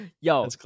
Yo